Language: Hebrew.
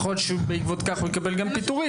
יכול להיות שבעקבות כך הוא יקבל גם פיטורים.